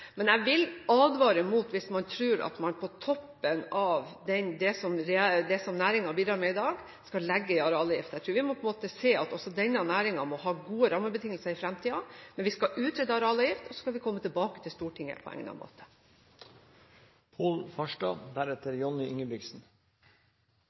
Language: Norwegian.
Men jeg vil advare mot å tro at man skal legge en arealavgift på toppen av det som næringen bidrar med i dag. Jeg tror vi må se at også denne næringen må ha gode rammebetingelser i fremtiden, men vi skal utrede arealavgift, og så skal vi komme tilbake til Stortinget på egnet måte.